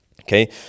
okay